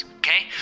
okay